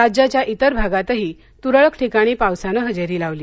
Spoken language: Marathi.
राज्याच्या इतर भागातही तुरळक ठिकाणी पावसानं हजेरी लावली